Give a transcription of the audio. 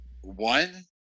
One